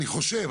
אני חושב,